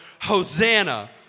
Hosanna